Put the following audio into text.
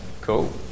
Cool